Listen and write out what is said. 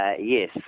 Yes